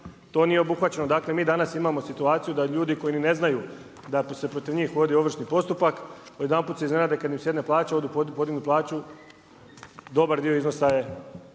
to nije obuhvaćeno. Dakle, mi danas imamo situaciju da ljudi koji ni ne znaju da se protiv njih vodi ovršni postupak, odjedanput se iznenade kad im sjede plaća, odu podignuti plaću, dobar dio iznosa je